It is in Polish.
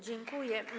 Dziękuję.